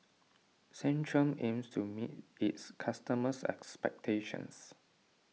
Centrum aims to meet its customers' expectations